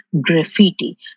graffiti